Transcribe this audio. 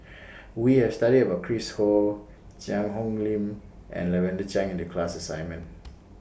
We Have studied about Chris Ho Cheang Hong Lim and Lavender Chang in The class assignment